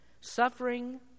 suffering